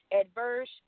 adverse